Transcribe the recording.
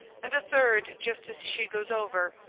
and a third just as she goes over,